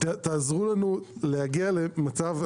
תעזרו לנו להגיע למצב,